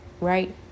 Right